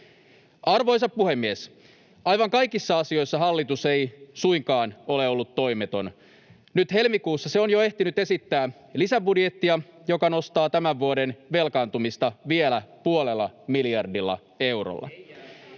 Arvoisa puhemies! Aivan kaikissa asioissa hallitus ei suinkaan ole ollut toimeton. Nyt helmikuussa se on jo ehtinyt esittää lisäbudjettia, joka nostaa tämän vuoden velkaantumista vielä puolella miljardilla eurolla.